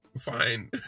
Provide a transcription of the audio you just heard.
fine